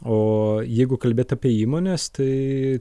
o jeigu kalbėt apie įmones tai